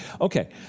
Okay